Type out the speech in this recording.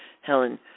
Helen